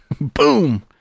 Boom